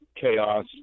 chaos